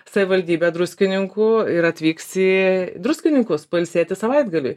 savivaldybe druskininkų ir atvyks į druskininkus ilsėtis savaitgaliui